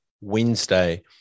Wednesday